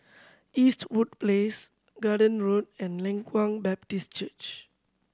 Eastwood Place Garden Road and Leng Kwang Baptist Church